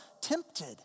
tempted